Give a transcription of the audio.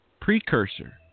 Precursor